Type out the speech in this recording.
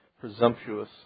presumptuous